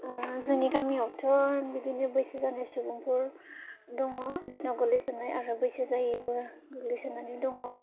जोंनि गामियावथ' बिदिनो बैसो जानाय सुबुंफोर दङ बिसिनायाव गोलैसोनाय आरो बैसो जायैबो गोग्लैसोनानै दङ